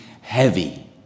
heavy